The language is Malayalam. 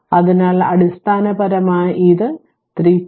അതിനാൽ അടിസ്ഥാനപരമായി ഇത് 3